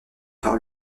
par